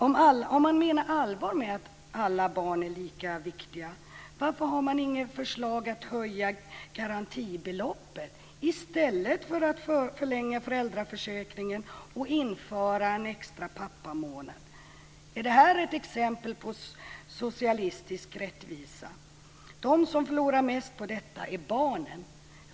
Om man menar allvar med att alla barn är lika viktiga, varför har man inget förslag om att höja garantibeloppet i stället för att förlänga föräldraförsäkringen och införa en extra pappamånad? Är detta ett exempel på socialistisk rättvisa? De som förlorar mest på detta är barnen.